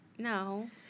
No